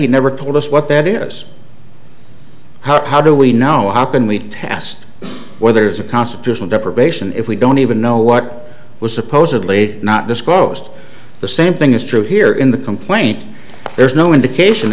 he never told us what that is how how do we know what happened we test whether it's a constitutional deprivation if we don't even know what was supposedly not disclosed the same thing is true here in the complaint there's no indication